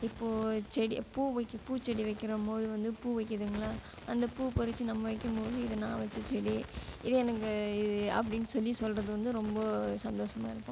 இப்போது செடி பூ வைக்க பூ செடி வைக்கிறபோது வந்து பூ வைக்குதுங்களா அந்த பூ பறித்து நம்ம வைக்கும் போது இது நான் வச்ச செடி இது எனக்கு இது அப்படினு சொல்லி சொல்லுறது வந்து ரொம்ப சந்தோஷமாக இருக்கும்